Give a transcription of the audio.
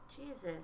Jesus